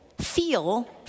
feel